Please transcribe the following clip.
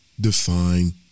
define